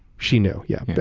she knew, yeah. but